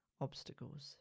obstacles